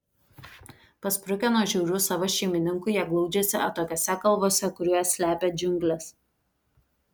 pasprukę nuo žiaurių savo šeimininkų jie glaudžiasi atokiose kalvose kur juos slepia džiunglės